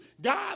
God